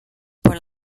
por